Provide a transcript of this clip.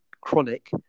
chronic